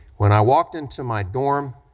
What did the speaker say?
when i walked into my dorm,